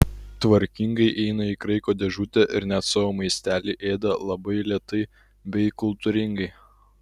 tvarkingai eina į kraiko dėžutę ir net savo maistelį ėda labai lėtai bei kultūringai